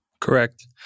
Correct